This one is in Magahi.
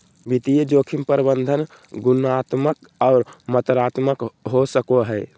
वित्तीय जोखिम प्रबंधन गुणात्मक आर मात्रात्मक हो सको हय